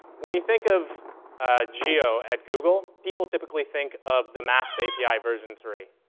when you think of geo at google, people typically think of the maps api version three,